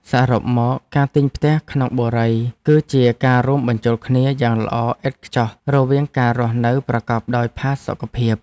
សរុបមកការទិញផ្ទះក្នុងបុរីគឺជាការរួមបញ្ចូលគ្នាយ៉ាងល្អឥតខ្ចោះរវាងការរស់នៅប្រកបដោយផាសុកភាព។